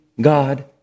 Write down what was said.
God